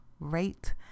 Rate